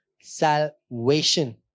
salvation